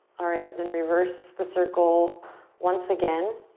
alright, then reverse the circle once again.